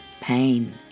pain